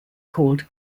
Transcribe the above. called